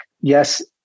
Yes